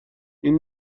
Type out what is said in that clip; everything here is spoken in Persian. این